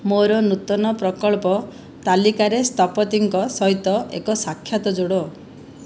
ମୋର ନୂତନ ପ୍ରକଳ୍ପ ତାଲିକାରେ ସ୍ଥପତିଙ୍କ ସହିତ ଏକ ସାକ୍ଷାତ ଯୋଡ଼